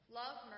love